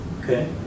Okay